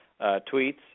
tweets